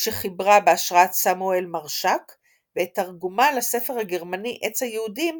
שחיברה בהשראת סמואיל מרשק ואת תרגומה לספר הגרמני עץ היהודים